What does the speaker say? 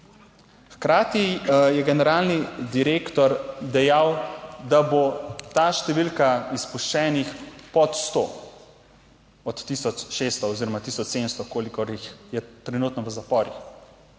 Hkrati je generalni direktor dejal, da bo ta številka izpuščenih pod 100 od 1600 oziroma 1700, kolikor jih je trenutno v zaporih.